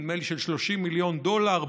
נדמה לי של 30 מיליון דולר במזומן,